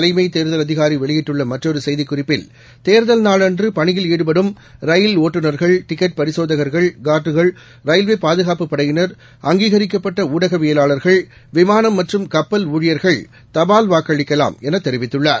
தலைமைதேர்தல் அதிகாரிவெளியிட்டுள்ளமற்றொருசெய்திக்குறிப்பில் இதனிடையே தேர்தல் நாளன்றுபணியில் ஈடுபடும் ரயில் ஓட்டுநா்கள் டிக்கெட் பரிசோதகா்கள் காா்டுகள் ரயில்வேபாதுகாப்பு படையினர் அங்கீகரிக்கப்பட்டஊடகவியலாளர்கள் விமானம் மற்றும் கப்பல் ஊழியர்கள் தபால் வாக்களிக்கலாம் எனதெரிவித்துள்ளார்